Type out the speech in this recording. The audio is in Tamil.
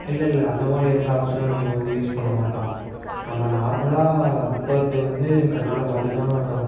இல்லல்லை அந்த மாதிரி எந்த ஆப்ஷனும் நம்ம வந்து யூஸ் பண்ண மாட்டோம் நம்ம நார்மலாக ஃபேர்டு வந்து கண்ணால் பார்த்துதான்